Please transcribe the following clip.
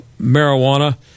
marijuana